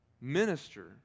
minister